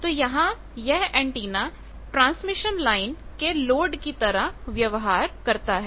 तो यहां यह एंटीना ट्रांसमिशन लाइन के लोड की तरह व्यवहार करता है